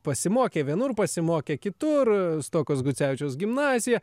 pasimokė vienur pasimokė kitur stuokos gucevičiaus gimnazija